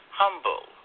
humble